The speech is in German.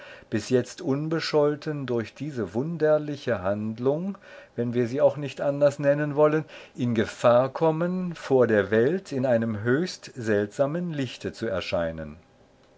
bis jetzt unbescholten durch diese wunderliche handlung wenn wir sie auch nicht anders nennen wollen in gefahr kommen vor der welt in einem höchst seltsamen lichte zu erscheinen